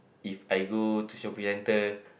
If I go to shopping centre